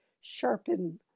sharpen